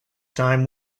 time